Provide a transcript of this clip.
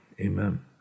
Amen